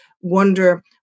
wonder